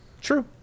True